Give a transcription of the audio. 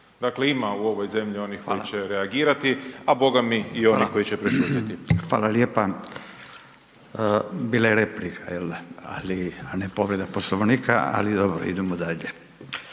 Dakle, ima u ovoj zemlji ovih koji će reagirati, a bogami i onih koji će prešutjeti. **Radin, Furio (Nezavisni)** Hvala lijepa. Bila je replika, jel da, a ne povreda Poslovnika, ali dobro idemo dalje.